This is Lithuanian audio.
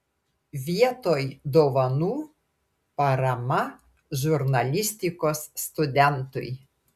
vietoj dovanų parama žurnalistikos studentui